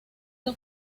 los